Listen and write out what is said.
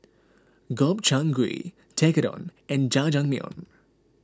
Gobchang Gui Tekkadon and Jajangmyeon